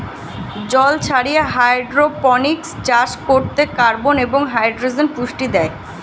জল ছাড়িয়ে হাইড্রোপনিক্স চাষ করতে কার্বন এবং হাইড্রোজেন পুষ্টি দেয়